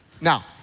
Now